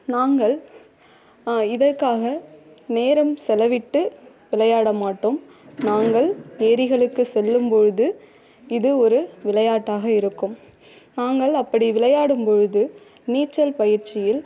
நாங்கள் இதற்காக நேரம் செலவிட்டு விளையாட மாட்டோம் நாங்கள் ஏரிகளுக்குச் செல்லும் போது இது ஒரு விளையாட்டாக இருக்கும் நாங்கள் அப்படி விளையாடும் போது நீச்சல் பயிற்சியில்